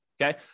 Okay